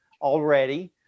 already